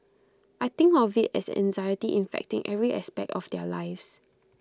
I think of IT as anxiety infecting every aspect of their lives